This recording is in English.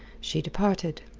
she departed.